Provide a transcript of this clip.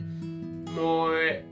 more